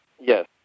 Yes